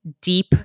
deep